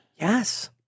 Yes